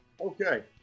Okay